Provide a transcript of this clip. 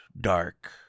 dark